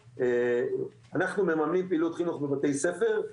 אנחנו ממנים פעילות חינוך בבתי ספר,